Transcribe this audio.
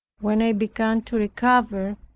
when i began to recover,